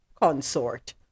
Consort